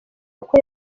uko